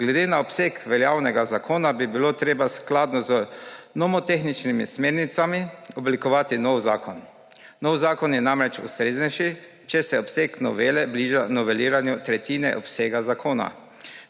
Glede na obseg veljavnega zakona bi bilo treba skladno z nomotehničnimi smernicami oblikovati nov zakon. Nov zakon je namreč ustreznejši, če se obseg novele bliža noveliranju tretjine obsega zakona.